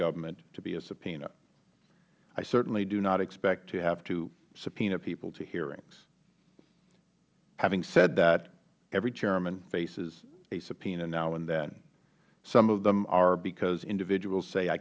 government to be a subpoena i certainly do not expect to have to subpoena people to hearings having said that every chairman faces a subpoena now and then some of them are because individuals say i